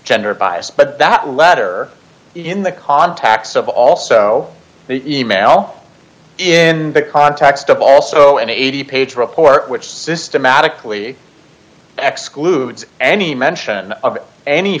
gender bias but that letter in the contacts of also the e mail in the context of also an eighty page report which systematically excludes any mention of any